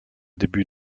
début